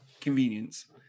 Convenience